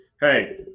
Hey